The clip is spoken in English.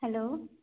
hello